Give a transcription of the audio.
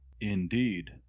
Indeed